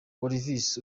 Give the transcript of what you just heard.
olivis